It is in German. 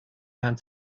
herrn